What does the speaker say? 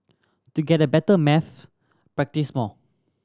to get a better maths practise more